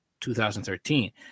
2013